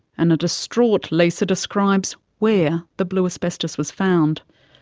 and a distraught lisa describes where the blue asbestos was found.